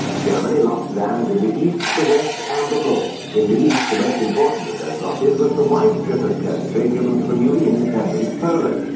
germany lost land in the east, the west and the north. in the east, the most important of those losses was the wide strip of territory given to the newly-independent poland,